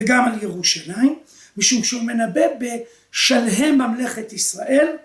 וגם על ירושלים, משום שהוא מנבא בשלהי ממלכת ישראל.